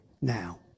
now